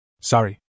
Sorry